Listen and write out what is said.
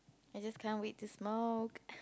I just can't wait to smoke